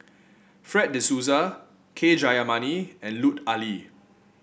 Fred De Souza K Jayamani and Lut Ali